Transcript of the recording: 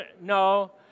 no